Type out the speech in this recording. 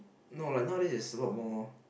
no like nowadays is a lot more